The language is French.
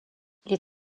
les